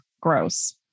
gross